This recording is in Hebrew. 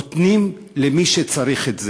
נותנים למי שצריך את זה.